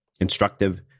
instructive